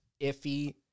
iffy